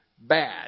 Bad